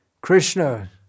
Krishna